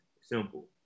simple